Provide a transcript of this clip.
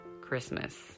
Christmas